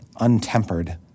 untempered